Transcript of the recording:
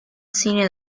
cine